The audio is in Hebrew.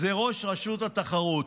ראש רשות התחרות.